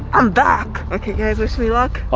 i'm back! okay guys, wish me luck.